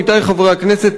עמיתי חברי הכנסת,